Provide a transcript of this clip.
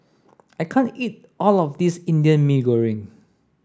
I can't eat all of this Indian Mee Goreng